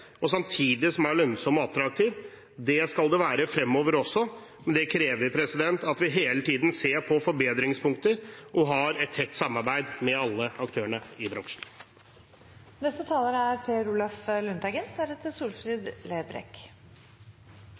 som samtidig er lønnsom og attraktiv. Det skal den være framover også, men det krever at vi hele tiden ser på forbedringspunkter og har et tett samarbeid med alle aktørene i